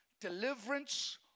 deliverance